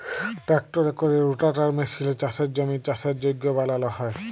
ট্রাক্টরে ক্যরে রোটাটার মেসিলে চাষের জমির চাষের যগ্য বালাল হ্যয়